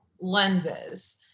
lenses